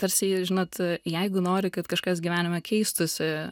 tarsi žinot jeigu nori kad kažkas gyvenime keistųsi